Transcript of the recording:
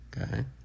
Okay